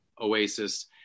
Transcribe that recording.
Oasis